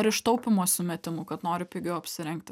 ar iš taupymo sumetimų kad nori pigiau apsirengti